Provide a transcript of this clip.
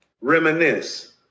Reminisce